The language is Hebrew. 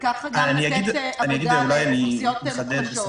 וכך גם לתת עבודה לאוכלוסיות חלשות.